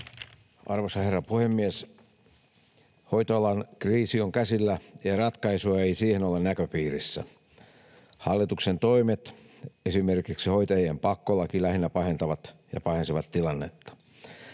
Arvoisa herra puhemies! Hoitoalan kriisi on käsillä, ja ratkaisua ei siihen ole näköpiirissä. Hallituksen toimet, esimerkiksi hoitajien pakkolaki, lähinnä pahentavat ja pahensivat tilannetta.